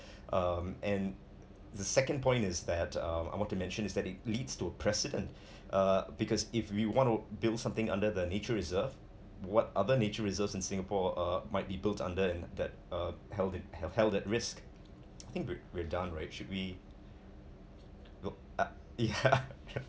um and the second point is that um I want to mention is that it leads to a precedent uh because if we want to build something under the nature reserve what other nature reserves in singapore uh might be built under and that uh held it have held at risk I think we're done right should we look at it yeah